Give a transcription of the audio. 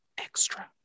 extra